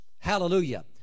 Hallelujah